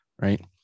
right